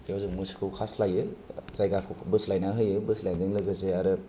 बेयाव जों मोसौखौ खास्लायो जायगाखौ बोस्लायना होयो बोस्लायनायजों लोगोसे आरो